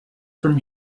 from